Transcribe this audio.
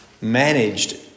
managed